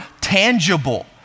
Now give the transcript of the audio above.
tangible